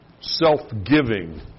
self-giving